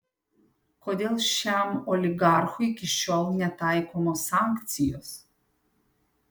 kodėl šiam oligarchui iki šiol netaikomos sankcijos